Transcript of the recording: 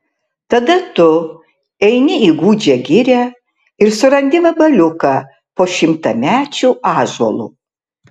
tada tu eini į gūdžią girią ir surandi vabaliuką po šimtamečiu ąžuolu